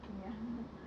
ya